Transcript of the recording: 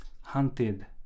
hunted